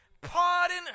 pardon